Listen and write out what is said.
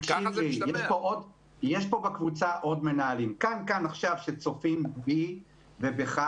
יש פה בקבוצה עוד מנהלים שצופים בי ובך.